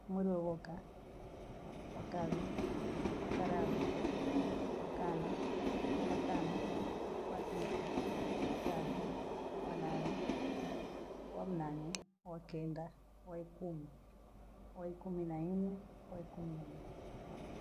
Maria bhoka, watabho, wakalale, wakana, wakakano, wasita, wasabi, wanane, wanane, wakenda, waekumi, waekumi na nne, waekumi na nne.